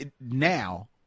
now